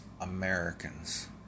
Americans